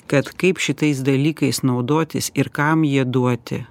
kad kaip šitais dalykais naudotis ir kam jie duoti